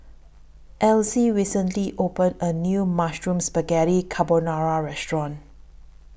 Elzy recently opened A New Mushroom Spaghetti Carbonara Restaurant